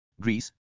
Greece